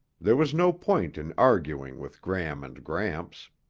there was no point in arguing with gram and gramps.